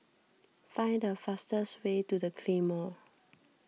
find the fastest way to the Claymore